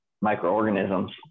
microorganisms